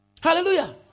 Hallelujah